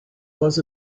was